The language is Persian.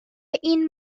این